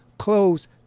Close